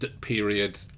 Period